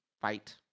fight